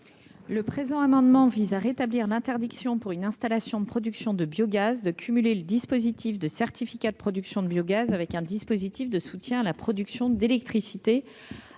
Cet amendement vise à rétablir l'interdiction pour une installation de production de biogaz de cumuler le dispositif de certificat de production de biogaz avec un dispositif de soutien à la production d'électricité